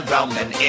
Roman